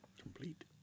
Complete